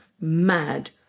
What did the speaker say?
mad